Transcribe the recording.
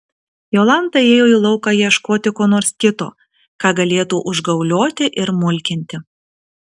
jolanta ėjo į lauką ieškoti ko nors kito ką galėtų užgaulioti ir mulkinti